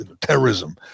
terrorism